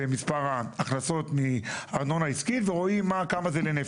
יכול להיות שגם בסוף נחליט שזה לא יהיה ויהיה אישור אחר.